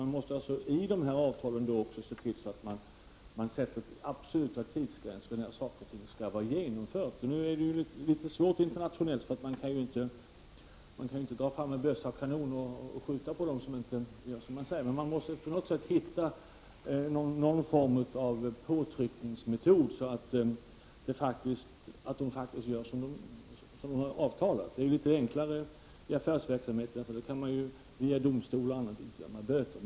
Man måste alltså i avtalen föreskriva absolut bestämda tidsgränser för när saker och ting skall vara genomförda. Detta är naturligtvis litet svårt i ett internationellt samarbete, eftersom man inte kan ta fram bössan och kanonen och skjuta på dem som inte gör som man säger. Men man måste försöka finna någon form av påtryckningsmetoder, så att alla parter faktiskt följer avtalet. Det är litet enklare i affärsverksamhet, där man genom domstol kan få böter utdömda.